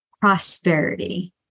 Prosperity